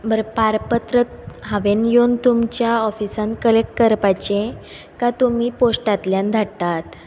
बरें पारपत्र हांवें येवन तुमच्या ऑफिसान कलेक्ट करपाचें काय तुमी पोश्टांतल्यान धाडटात